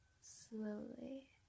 slowly